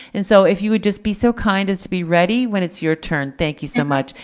and so if you would just be so kind as to be ready when it's your turn, thank you so much.